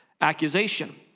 accusation